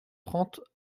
trente